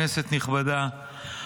כנסת נכבדה,